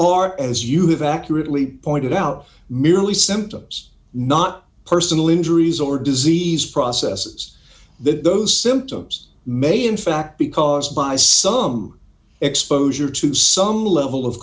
are as you have accurately pointed out merely symptoms not personal injuries or disease processes that those symptoms may in fact because by some exposure to some level of